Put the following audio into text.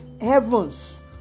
heavens